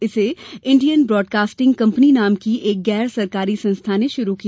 इसे Indian broadcasting company नाम की एक गैर सरकारी संस्था ने शुरू किया